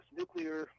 nuclear